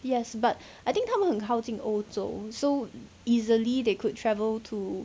yes but I think 他们很靠近欧洲 so easily they could travel to